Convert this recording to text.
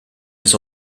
his